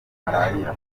malaria